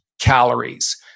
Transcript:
calories